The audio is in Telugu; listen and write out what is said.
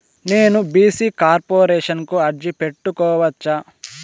నేను బీ.సీ కార్పొరేషన్ కు అర్జీ పెట్టుకోవచ్చా?